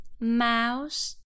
Mouse